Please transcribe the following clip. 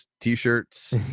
T-shirts